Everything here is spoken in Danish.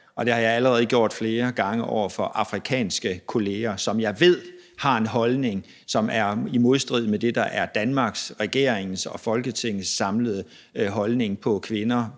og det har jeg allerede gjort flere gange over for afrikanske kolleger, som jeg ved har en holdning, som er i modstrid med det, der er Danmarks, regeringens og Folketingets samlede holdning til kvinder